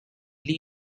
lee